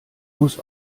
muss